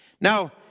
Now